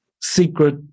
secret